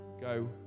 go